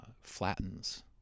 flattens